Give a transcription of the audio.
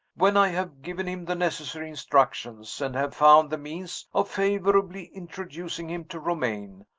when i have given him the necessary instructions, and have found the means of favorably introducing him to romayne,